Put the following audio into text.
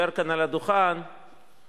זה בדיוק המלים שהיא אומרת.